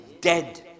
dead